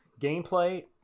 Gameplay